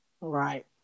Right